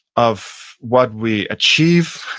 of what we achieve,